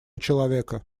человека